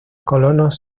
colonos